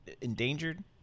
endangered